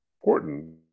important